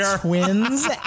twins